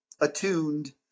attuned